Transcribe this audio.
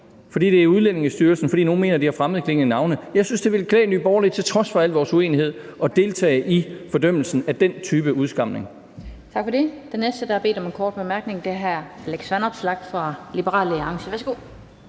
fordi det er i Udlændingestyrelsen, og fordi nogle mener, at de har fremmedklingende navne. Jeg synes, det ville klæde Nye Borgerlige til trods for al vores uenighed at deltage i fordømmelsen af den type udskamning.